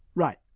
right,